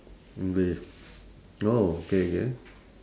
english oh okay K